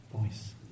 voice